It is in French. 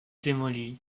démolie